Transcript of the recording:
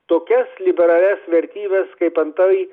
tokias liberalias vertybes kaip antai